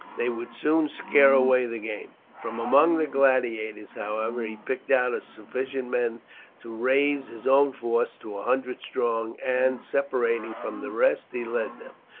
they would soon scare away the game. from among the gladiators, however, he picked out sufficient men to raise his own force to a hundred strong, and separating from the rest he led them,